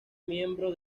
miembro